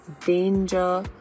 danger